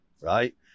right